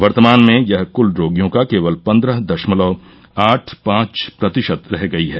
वर्तमान में यह क्ल रोगियों का केवल पन्द्रह दशमलव आठ पांच प्रतिशत रह गई है